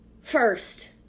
first